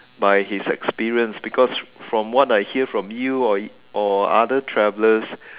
by his experience because from what I hear from you are or other travelers